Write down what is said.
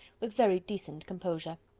with very decent composure.